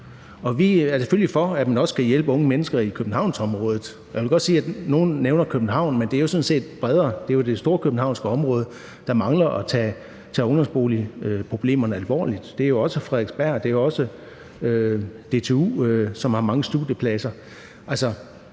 Vi er selvfølgelig for, at man også skal hjælpe unge mennesker i Københavnsområdet. Nogle nævner København, men det er sådan set bredere. Det er jo det storkøbenhavnske område, der mangler at tage ungdomsboligproblemerne alvorligt. Det er jo også Frederiksberg. Det er også DTU, som har mange studiepladser.